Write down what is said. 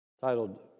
titled